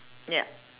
yup